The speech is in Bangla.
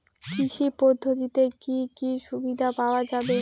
কৃষি পদ্ধতিতে কি কি সুবিধা পাওয়া যাবে?